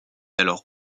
alors